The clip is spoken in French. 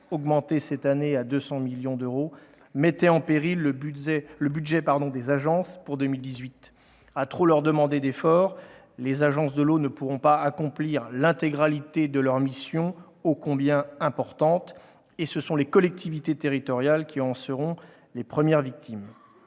augmentée cette année à 200 millions d'euros, mettait en péril le budget des agences pour 2018. À trop leur demander d'efforts, les agences ne pourront pas accomplir l'intégralité de leurs missions ô combien importantes, et ce sont les collectivités territoriales qui en seront les premières victimes.